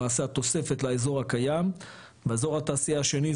למעשה התוספת לאזור הקיים והאזור התעשייה השני,